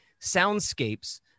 soundscapes